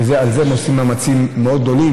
בזה הם עושים מאמצים מאוד גדולים,